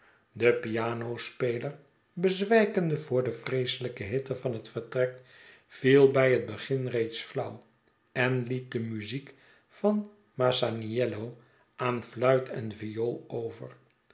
de pianospeler bezwijkende voor de vreeselijke hitte van het vertrek viel bij het begin reeds flauw en liet de muziek van m a s a n i e o aan fluit en viool over